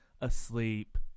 asleep